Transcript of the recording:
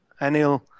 Anil